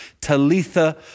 Talitha